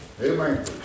Amen